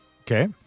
Okay